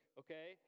okay